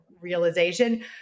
realization